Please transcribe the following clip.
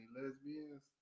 lesbians